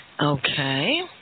Okay